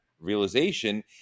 realization